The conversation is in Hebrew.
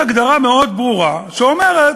כי יש הגדרה מאוד ברורה שאומרת,